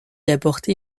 apporter